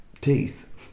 teeth